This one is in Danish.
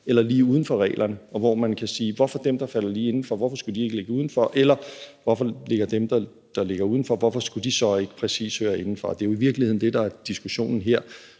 eller lige uden for reglerne, og hvor man kan spørge: Hvorfor skal det, der falder lige indenfor, ikke ligge udenfor, eller hvorfor skal det, der ligger udenfor, ikke præcis høre indenfor? Det er jo i virkeligheden det, der her er diskussionen,